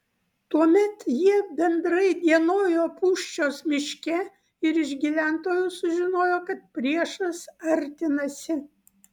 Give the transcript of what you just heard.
tuomet jie bendrai dienojo pūščios miške ir iš gyventojų sužinojo kad priešas artinasi